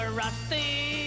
rusty